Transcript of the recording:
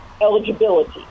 eligibility